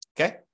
Okay